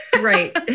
Right